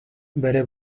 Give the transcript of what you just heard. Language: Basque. bere